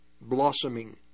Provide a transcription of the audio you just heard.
blossoming